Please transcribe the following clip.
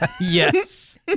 Yes